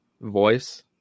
voice